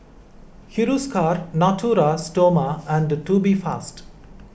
Hiruscar Natura Stoma and Tubifast